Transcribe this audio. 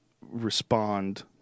respond